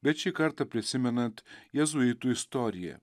bet šį kartą prisimenant jėzuitų istoriją